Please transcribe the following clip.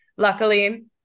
luckily